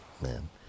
man